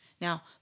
now